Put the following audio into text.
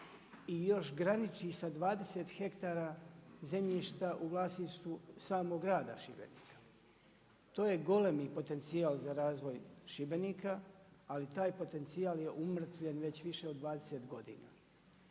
I još graniči sa 20 hektara zemljišta u vlasništvu samog grada Šibenika. To je golemi potencijal za razvoj Šibenika ali taj potencijal je umrtvljen već više od 20 godina.